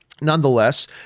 nonetheless